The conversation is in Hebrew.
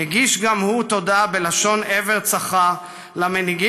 "הגיש גם הוא תודה בלשון עבר צחה למנהיגים